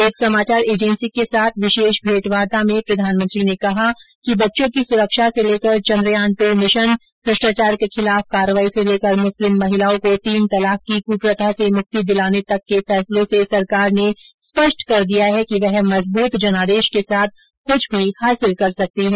एक समाचार एजेंसी के साथ विशेष भेंटवार्ता में प्रधानमंत्री ने कहा कि बच्चों की सुरक्षा से लेकर चन्द्रयान ट् मिशन भ्रष्टाचार के खिलाफ कार्रवाई से लेकर मुस्लिम महिलाओं को तीन तलाक की कुप्रथा से मुक्ति दिलाने तक के फैसलों से सरकार ने स्पष्ट कर दिया है कि वह मजबूत जनादेश के साथ कृछ भी हासिल कर सकती है